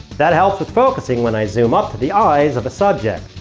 that helps with focusing when i zoom up to the eyes of a subject.